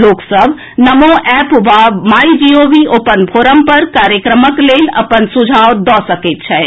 लोक सभ नमो एप वा माईजीओवी ओपन फोरम पर कार्यक्रमक लेल अपन सुझाव दऽ सकैत छथि